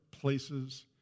places